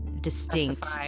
distinct